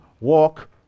walk